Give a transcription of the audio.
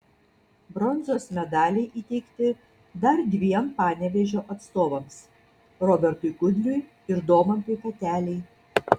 bronzos medaliai įteikti dar dviem panevėžio atstovams robertui kudliui ir domantui katelei